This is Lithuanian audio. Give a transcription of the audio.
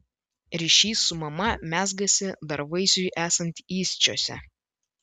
ryšys su mama mezgasi dar vaisiui esant įsčiose